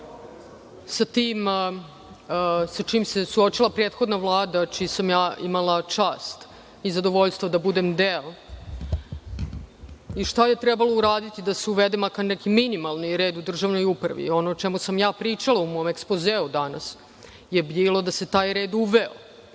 Sa tim sa čim se suočila prethodna Vlada, sa kojom sam ja imala čast i zadovoljstvo da budem deo, i šta je trebalo uraditi da se uvede makar jedan minimalni red u državnoj upravi i ono o čemu sam pričala u mom ekspozeu danas je bilo da se taj red uveo,